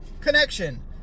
connection